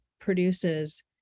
produces